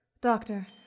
Doctor